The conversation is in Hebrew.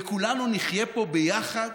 וכולנו נחיה פה ביחד